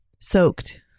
soaked